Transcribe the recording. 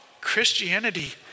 Christianity